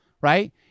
Right